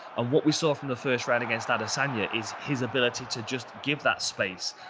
and what we saw from the first round against adesanya is his ability to just give that space,